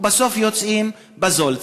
ובסוף יוצאים בזול.